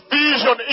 vision